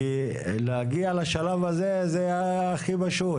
כי להגיע לשלב הזה זה הכי פשוט,